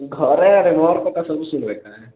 ଘରେ ଆଡ଼େ ମୋର କଥା ସବୁ ଶୁଣିବେ